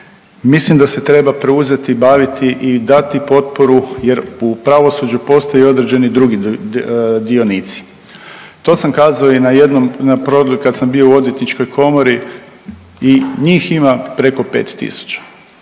Mislim da se treba preuzeti baviti i dati potporu jer u pravosuđu postoje i određeni drugi dionici. To sam kazao i na jednom kad sam bio u odvjetničkoj komori i njih ima preko 5